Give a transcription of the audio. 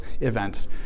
events